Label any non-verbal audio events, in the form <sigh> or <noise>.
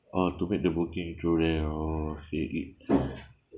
oh to make the booking through there oh it it <breath>